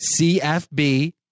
CFB